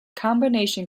combination